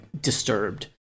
disturbed